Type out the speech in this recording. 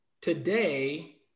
today